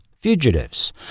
Fugitives